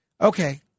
Okay